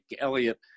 Elliott